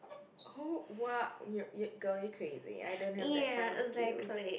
oh !wow! your you girl you're crazy I don't have that kind of skills